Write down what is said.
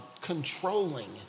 controlling